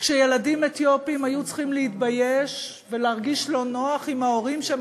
כשילדים אתיופים היו צריכים להתבייש ולהרגיש לא נוח עם ההורים כשהם